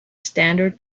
standard